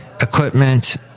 Equipment